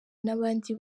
n’abandi